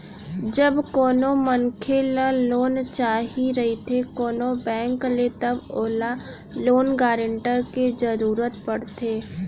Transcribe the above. जब कोनो मनखे ल लोन चाही रहिथे कोनो बेंक ले तब ओला लोन गारेंटर के जरुरत पड़थे